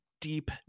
deep